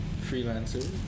freelancer